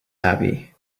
happy